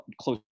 close